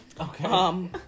Okay